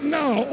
now